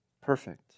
perfect